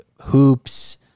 hoops